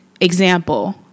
Example